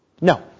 No